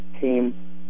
team